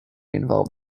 involved